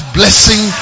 blessing